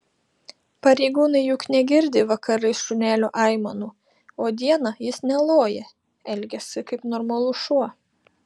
pareigūnai juk negirdi vakarais šunelio aimanų o dieną jis neloja elgiasi kaip normalus šuo